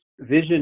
vision